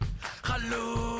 Hello